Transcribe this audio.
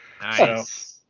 Nice